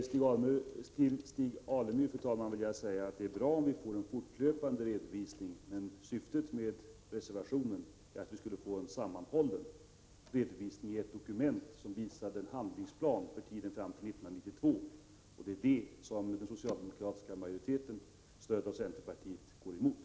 Fru talman! Till Stig Alemyr vill jag säga att det är bra om vi får en fortlöpande redovisning. Men syftet med reservationen är att vi skulle få en sammanhållen redovisning, en svensk handlingsplan motsvarande EG:s för tiden fram till 1992. Och det är det som den socialdemokratiska majoriteten, stödd av centerpartiet, går emot.